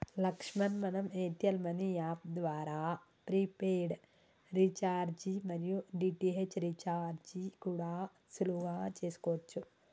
లక్ష్మణ్ మనం Airtel money app ద్వారా prepaid recharge మరియు డి.టి.హెచ్ రీఛార్జి కూడా సులువుగా చేసుకోవచ్చు